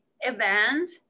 event